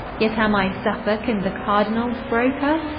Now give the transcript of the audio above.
yet am i suffolke and the cardinalls broker.